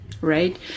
Right